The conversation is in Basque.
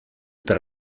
eta